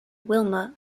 wilma